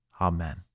Amen